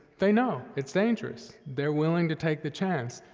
they know it's dangerous. they're willing to take the chance.